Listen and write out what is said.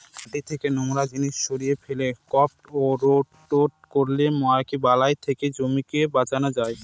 মাটি থেকে নোংরা জিনিস সরিয়ে ফেলে, ক্রপ রোটেট করলে বালাই থেকে জমিকে বাঁচানো যায়